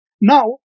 Now